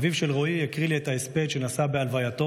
אביו של רועי הקריא לי את ההספד שנשא בהלווייתו,